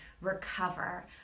recover